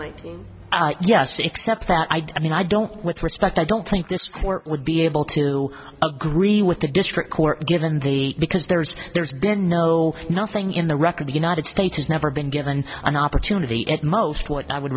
that i mean i don't with respect i don't think this court would be able to agree with the district court given the because there's there's been no nothing in the record the united states has never been given an opportunity at most what i would